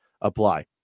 apply